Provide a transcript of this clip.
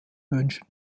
wünschen